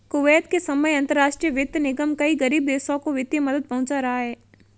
Kuwait के समय अंतरराष्ट्रीय वित्त निगम कई गरीब देशों को वित्तीय मदद पहुंचा रहा है